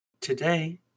Today